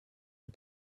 les